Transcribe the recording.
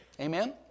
Amen